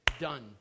done